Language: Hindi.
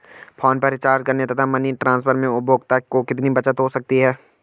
फोन पर रिचार्ज करने तथा मनी ट्रांसफर में उपभोक्ता को कितनी बचत हो सकती है?